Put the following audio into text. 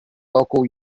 local